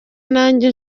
nanjye